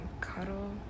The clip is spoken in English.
cuddle